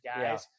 guys